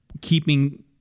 keeping